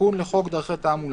תיקון חוק הבחירות (דרכי תעמולה)